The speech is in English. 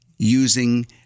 using